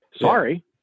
Sorry